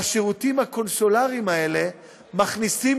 שהשירותים הקונסולריים האלה מכניסים